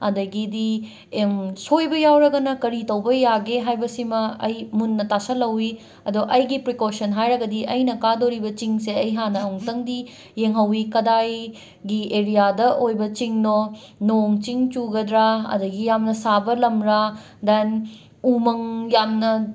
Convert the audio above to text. ꯑꯗꯒꯤꯗꯤ ꯁꯣꯏꯕ ꯌꯥꯎꯔꯒꯅ ꯀꯔꯤ ꯇꯧꯕ ꯌꯥꯒꯦ ꯍꯥꯏꯕꯁꯤꯃ ꯑꯩ ꯃꯨꯟꯅ ꯇꯥꯁꯜꯍꯧꯋꯤ ꯑꯗꯣ ꯑꯩꯒꯤ ꯄ꯭ꯔꯤꯀꯣꯁꯟ ꯍꯥꯏꯔꯒꯗꯤ ꯑꯩꯅ ꯀꯥꯗꯧꯔꯤꯕ ꯆꯤꯡꯁꯦ ꯑꯩ ꯍꯥꯟꯅ ꯑꯃꯨꯛꯇꯪꯗꯤ ꯌꯦꯡꯍꯧꯋꯤ ꯀꯗꯥꯏꯒꯤ ꯑꯦꯔꯤꯌꯥꯗ ꯑꯣꯏꯕ ꯆꯤꯡꯅꯣ ꯅꯣꯡ ꯆꯤꯡ ꯆꯨꯒꯗ꯭ꯔꯥ ꯑꯗꯒꯤ ꯌꯥꯝꯅ ꯁꯥꯕ ꯂꯝꯔꯥ ꯗꯦꯟ ꯎꯃꯪ ꯌꯥꯝꯅ